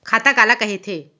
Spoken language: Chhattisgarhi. खाता काला कहिथे?